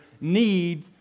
need